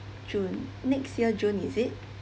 june next year june is it